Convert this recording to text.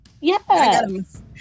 Yes